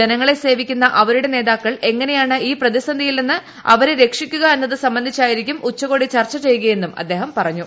ജനങ്ങളെ സേവിക്കുന്ന അവരുടെ നേതാക്കൾ എങ്ങനെയാണ് ഈ പ്രതിസന്ധിയിൽ നിന്ന് അവരെ രക്ഷിക്കുക എന്നത് സംബന്ധിച്ചായിരിക്കും ഉച്ചകോടി ചർച്ച ചെയ്യുകയെന്ന് അദ്ദേഹം പറഞ്ഞു